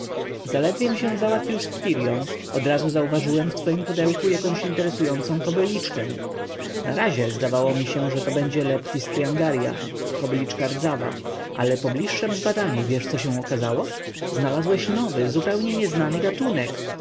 zaledwiem się załatwił z phtirią odrazu zauważyłem w twem pudełku jakąś interesującą kobyliczkę na razie zdawało mi się że to będzie leptis tringaria kobyliczka rdzawa ale po blizszem zbadaniu wiesz co się okazało znalazłeś nowy zupełnie nieznany gatunek